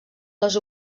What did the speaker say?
les